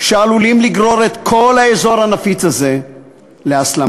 שעלולים לגרור את כל האזור הנפיץ הזה להסלמה.